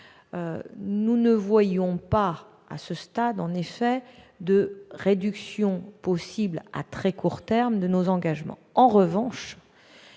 nous ne voyons pas à ce stade de réduction possible à très court terme de nos engagements.